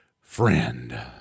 friend